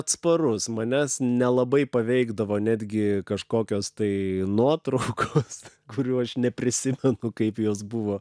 atsparus manęs nelabai paveikdavo netgi kažkokios tai nuotraukos kurių aš neprisimenu kaip jos buvo